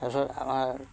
তাৰপিছত আমাৰ